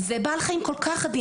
זה בעל חיים כל כך עדין,